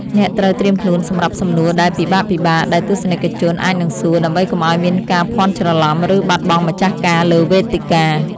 អ្នកត្រូវត្រៀមខ្លួនសម្រាប់សំណួរដែលពិបាកៗ ដែលទស្សនិកជនអាចនឹងសួរ ដើម្បីកុំឱ្យមានការភាន់ច្រឡំ ឬបាត់បង់ម្ចាស់ការលើវេទិកា។